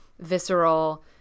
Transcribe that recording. visceral